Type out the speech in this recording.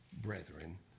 brethren